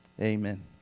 amen